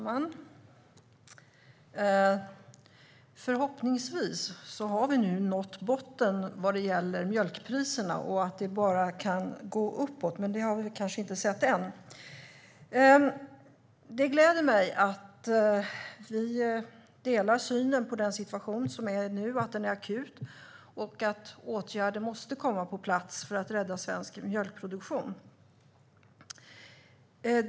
Fru talman! Förhoppningsvis är nu botten nådd vad gäller mjölkpriserna och det kan bara gå uppåt. Men det har vi inte sett än. Det gläder mig att vi delar uppfattningen att situationen är akut och att åtgärder måste komma på plats för att rädda svensk mjölkproduktion.